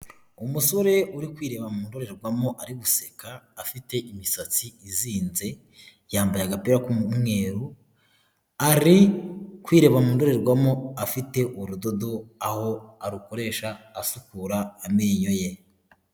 Umusore uri kwireba mu ndorerwamo ari guseka afite imisatsi izinze, yambaye agapira k'umweru, ari kwireba mu ndorerwamo afite urudodo aho arukoresha asukura amenyo ye.